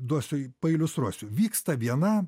duosiu pailiustruosiu vyksta viena